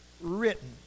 written